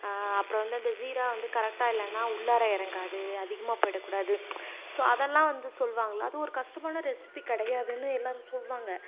அப்புறோம் வந்து அந்த ஜீரா வந்து கரெக்டாக இல்லைனா உள்ளாரா இறங்காது அதிகமாக போய்விட கூடாது சோ அதெலாம் வந்து சொல்லுவாங்க அது ஒரு கஷ்டமான ரெசிபி கிடையாதுன்னு எல்லாரும் சொல்லுவாங்க